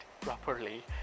properly